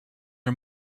are